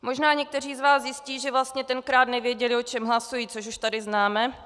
Možná někteří z vás zjistí, že vlastně tenkrát nevěděli, o čem hlasují, což už tady známe.